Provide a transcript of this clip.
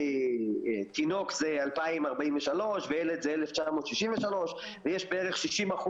לתינוק זה 2,043 ולילד זה 1,963. יש בערך 60%